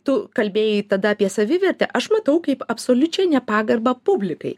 tu kalbėjai tada apie savivertę aš matau kaip absoliučią nepagarbą publikai